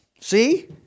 see